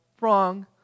wrong